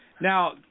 Now